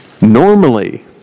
normally